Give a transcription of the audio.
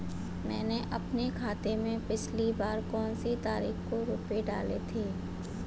मैंने अपने खाते में पिछली बार कौनसी तारीख को रुपये डाले थे?